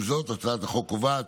עם זאת, הצעת החוק קובעת